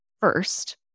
first